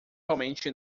realmente